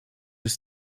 his